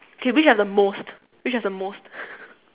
okay which are the most which have the most